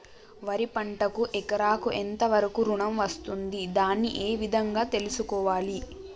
వరి పంటకు ఎకరాకు ఎంత వరకు ఋణం వస్తుంది దాన్ని ఏ విధంగా తెలుసుకోవాలి?